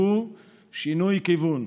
והוא שינוי כיוון.